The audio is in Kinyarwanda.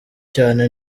cyane